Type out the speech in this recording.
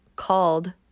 called